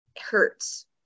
hurts